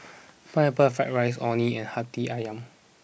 Pineapple Fried Rice Orh Nee and Hati Ayam